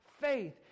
faith